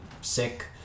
sick